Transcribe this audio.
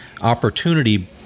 opportunity